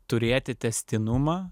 turėti tęstinumą